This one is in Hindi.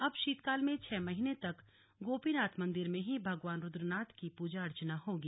अब शीतकाल में छह महीने तक गोपीनाथ मंदिर में ही भगवान रुद्रनाथ की पूजा अर्चना होगी